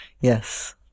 Yes